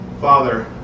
Father